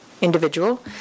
individual